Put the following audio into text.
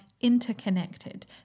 interconnected